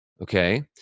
Okay